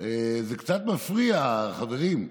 זה קצת מפריע, חברים.